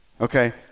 okay